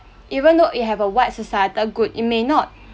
even though it have a wide societal good it may not